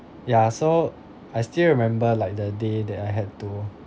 ya so I still remember like the day that I had to